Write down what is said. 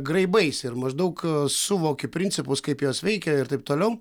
graibaisi ir maždaug suvoki principus kaip jos veikia ir taip toliau